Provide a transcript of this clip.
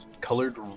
colored